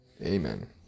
amen